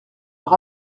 leur